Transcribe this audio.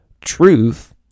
truth